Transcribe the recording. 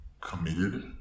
Committed